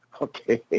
Okay